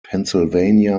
pennsylvania